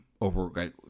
over